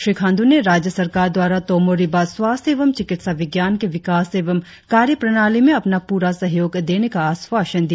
श्री खांडू ने राज्य सरकार द्वारा तोमो रिबा स्वास्थ्य एवं चिकित्सा विज्ञान के विकास एवं कार्य प्रणाली में अपना पूरा सहयोग देने का आश्वासन दिया